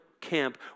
camp